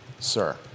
Sir